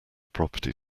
property